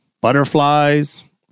butterflies